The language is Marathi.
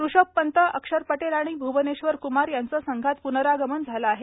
ऋषभ पंत अक्षर पटेल आणि भ्वनेश्वर क्मार यांचं संघात प्नरागमन झालं आहे